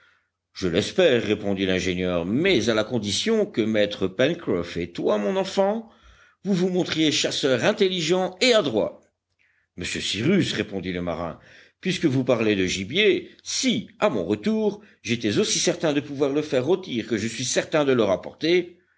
je l'espère répondit l'ingénieur mais à la condition que maître pencroff et toi mon enfant vous vous montriez chasseurs intelligents et adroits monsieur cyrus répondit le marin puisque vous parlez de gibier si à mon retour j'étais aussi certain de pouvoir le faire rôtir que je suis certain de le rapporter